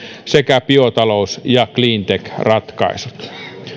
sekä biotalous ja cleantech ratkaisut